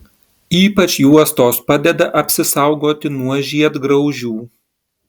ypač juostos padeda apsisaugoti nuo žiedgraužių